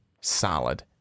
solid